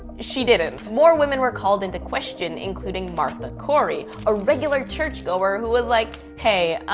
she didn't. more women were called into question. including martha corey, a regular church go-er who was like, hey,